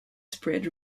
spread